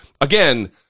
Again